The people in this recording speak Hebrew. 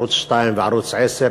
ערוץ 2 וערוץ 10,